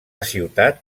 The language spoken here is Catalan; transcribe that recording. ciutat